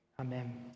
Amen